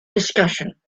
discussion